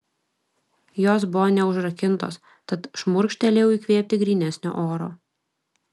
jos buvo neužrakintos tad šmurkštelėjau įkvėpti grynesnio oro